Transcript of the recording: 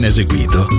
eseguito